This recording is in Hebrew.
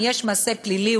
אם יש מעשה פלילי,